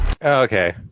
Okay